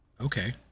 Okay